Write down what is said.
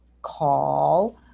call